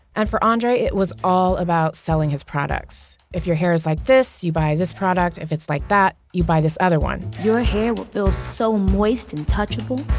and for andre, it was all about selling his products. if your hair is like this, you buy this product. if it's like that you buy this other one your hair will feel so moist and touchable.